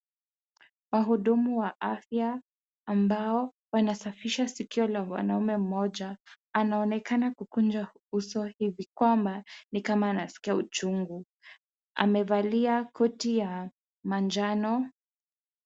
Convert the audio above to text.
Wahudumu wa afya ambao wanasafisha sikio la mwanaume mmoja anaonekana kukunja uso hivi kwamba ni kama anaskia uchungu. Amevalia koti ya manjano.